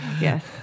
Yes